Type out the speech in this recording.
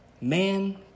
Man